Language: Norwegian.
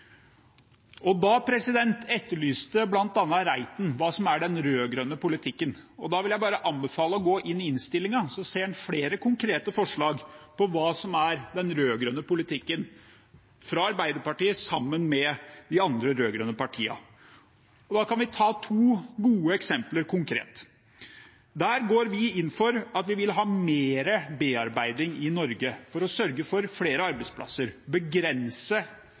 Og da etterlyste bl.a. Reiten hva som er den rød-grønne politikken. Da vil jeg bare anbefale å gå inn i innstillingen, så ser han flere konkrete forslag på hva som er den rød-grønne politikken fra Arbeiderpartiet sammen med de andre rød-grønne partiene. Vi kan ta to gode eksempler – konkret: Der går vi inn for at vi vil ha mer bearbeiding i Norge, for å sørge for flere arbeidsplasser og begrense